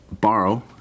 borrow